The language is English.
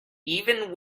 even